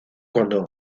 cuando